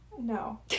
No